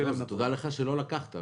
--- תודה לך שלא לקחת.